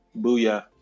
Booyah